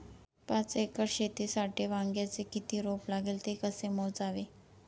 पाच एकर शेतीसाठी वांग्याचे किती रोप लागेल? ते कसे मोजावे?